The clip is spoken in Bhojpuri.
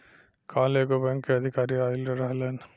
काल्ह एगो बैंक के अधिकारी आइल रहलन